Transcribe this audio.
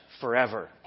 forever